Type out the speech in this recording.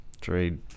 trade